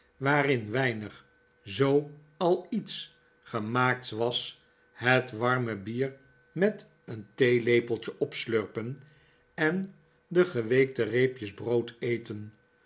waarin weinig zoo al iets gemaakts was het warme bier met het theelepeltje opslurpen en de geweekte reepjes brood eten